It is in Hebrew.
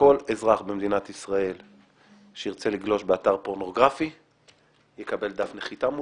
שכל אזרח במדינת ישראל שירצה לגלוש באתר פורנוגרפי יקבל דף נחיתה מולו,